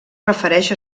refereix